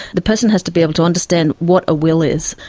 the person has to be able to understand what a will is.